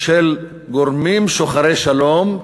של גורמים שוחרי שלום,